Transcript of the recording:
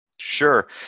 Sure